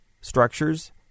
Structures